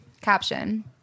caption